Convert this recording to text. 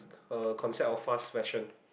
uh concept of fast fashion